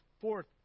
fourth